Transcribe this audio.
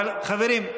חברים,